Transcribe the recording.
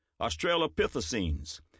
australopithecines